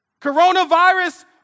Coronavirus